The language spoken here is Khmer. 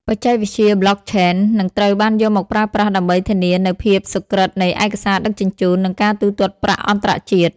បច្ចេកវិទ្យា Blockchain នឹងត្រូវបានយកមកប្រើប្រាស់ដើម្បីធានានូវភាពសុក្រឹតនៃឯកសារដឹកជញ្ជូន និងការទូទាត់ប្រាក់អន្តរជាតិ។